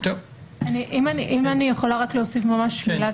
אם אני יכולה להוסיף ממש מילה.